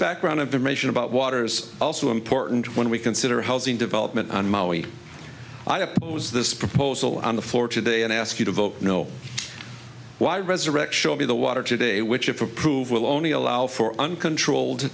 background information about water's also important when we consider housing development on maui i oppose this proposal on the floor today and ask you to vote no why resurrect show me the water today which if approved will only allow for uncontrolled